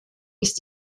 ist